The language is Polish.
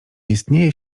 istnieje